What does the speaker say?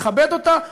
לכבד אותה,